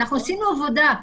אנחנו עשינו עבודה.